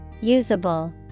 Usable